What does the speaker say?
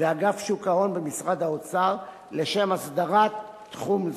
ואגף שוק ההון במשרד האוצר לשם הסדרת תחום זה.